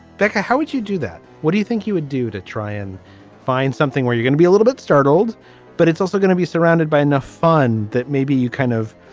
becca how would you do that. what do you think you would do to try and find something where you're gonna be a little bit startled but it's also gonna be surrounded by enough fun that maybe you kind of.